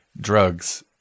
Drugs